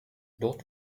dort